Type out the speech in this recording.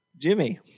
Jimmy